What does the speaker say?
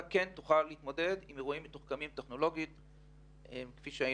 תוכל להתמודד עם אירועים מתוחכמים כפי שמצופה,